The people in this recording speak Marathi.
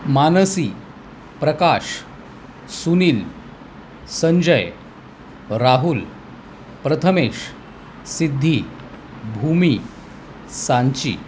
मानसी प्रकाश सुनील संजय राहुल प्रथमेश सिद्धी भूमी सांची